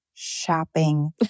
shopping